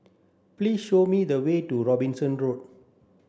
please show me the way to Robinson Road